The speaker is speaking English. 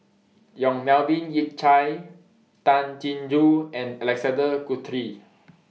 Yong Melvin Yik Chye Tay Chin Joo and Alexander Guthrie